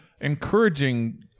encouraging